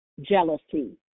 jealousy